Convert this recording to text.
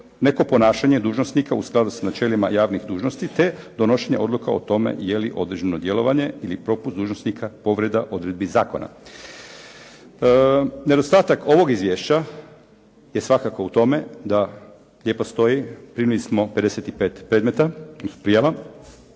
neko ponašanje dužnosnika u skladu s načelima javnih dužnosti te donošenje odluka o tome je li određeno djelovanje ili propust dužnosnika povreda odredbi zakona. Nedostatak ovog izvješća je svakako u tome da lijepo stoji, primili smo 55 predmeta, odnosno